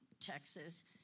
Texas